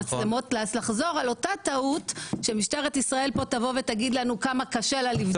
שזה לחזור על אותה טעות כי משטרת ישראל תבוא ותגיד כמה קשה לה לבדוק.